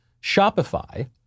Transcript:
Shopify